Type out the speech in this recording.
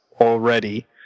already